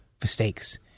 mistakes